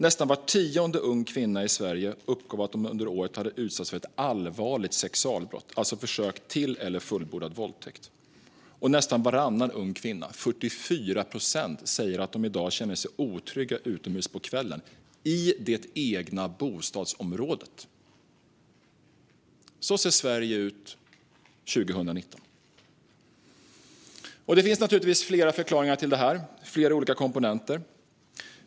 Nästan var tionde ung kvinna i Sverige uppgav att de under året hade utsatts för ett allvarligt sexualbrott, alltså försök till eller fullbordad våldtäkt. Och nästan varannan ung kvinna - 44 procent - säger att de i dag känner sig otrygga utomhus på kvällen i det egna bostadsområdet. Så ser Sverige ut 2019. Det finns naturligtvis flera olika förklaringar till detta och flera olika komponenter.